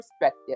perspective